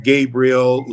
Gabriel